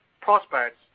prospects